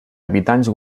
habitants